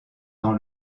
dans